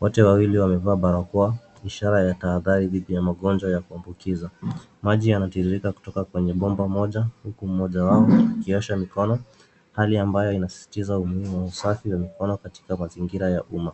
Wote wawili walivaa barakoa, ishara ya tahadhari vipya ya magonjwa ya kuambukiza. Maji yanatiririka kutoka kwenye bomba moja huku mmoja wao akiosha mikono, hali ambayo inasisitiza umuhimu wa usafi wa mikono katika mazingira ya umma.